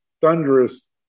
thunderous